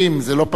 אני ראיתי אותם,